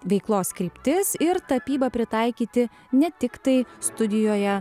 veiklos kryptis ir tapybą pritaikyti ne tiktai studijoje